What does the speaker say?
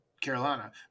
Carolina